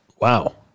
Wow